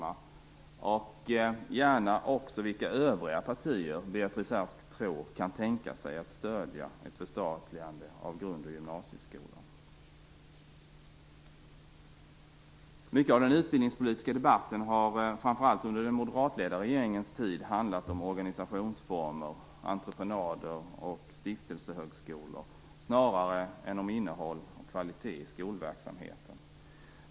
Jag vill gärna också höra vilka övriga partier Beatrice Ask tror kan tänka sig att stödja ett förstatligande av grund och gymnasieskolan. Mycket av den utbildningspolitiska debatten har, framför allt under den moderatledda regeringens tid, handlat om organisationsformer, entreprenader och stiftelsehögskolor, snarare än om innehåll och kvalitet i skolverksamheten.